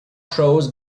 shows